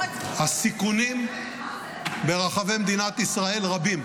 הסיכונים ברחבי מדינת ישראל רבים,